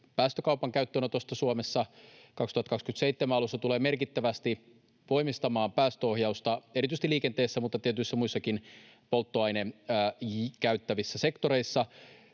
päästökaupan käyttöönotosta Suomessa. Se tulee vuoden 2027 alussa merkittävästi voimistamaan päästöohjausta erityisesti liikenteessä mutta tietyissä muissakin polttoainetta käyttävissä sektoreissa.